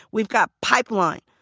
we've got pipeline,